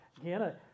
again